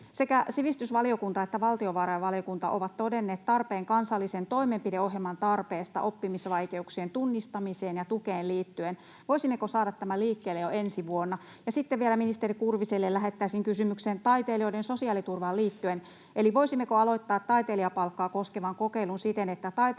Sekä sivistysvaliokunta että valtiovarainvaliokunta ovat todenneet tarpeen kansallisesta toimenpideohjelmasta oppimisvaikeuksien tunnistamiseen ja tukeen liittyen. Voisimmeko saada tämän liikkeelle jo ensi vuonna? Ministeri Kurviselle lähettäisin kysymyksen taiteilijoiden sosiaaliturvaan liittyen. Voisimmeko aloittaa taiteilijapalkkaa koskevan kokeilun siten, että taiteilija-apurahasta,